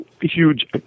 huge